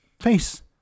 face